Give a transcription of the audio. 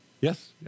Yes